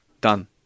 done